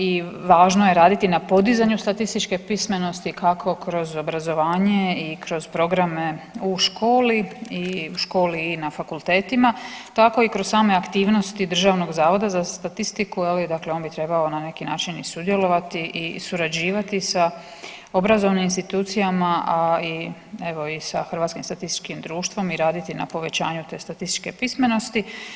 I važno je raditi na podizanju statističke pismenosti kako kroz obrazovanje i kroz programe u školi, i u školi i na fakultetima tako i kroz same aktivnosti Državnog zavoda za statistiku je li dakle on bi trebao na neki način i sudjelovati i surađivati sa obrazovnih institucijama, a i evo i sa Hrvatskim statističkim društvom i raditi na povećanju te statističke pismenosti.